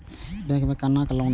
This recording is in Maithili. बैंक में केना लोन लेम?